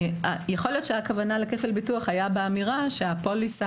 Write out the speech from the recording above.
יכול להיות שהכוונה לכפל ביטוח היה באמירה שהפוליסה